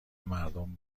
مردم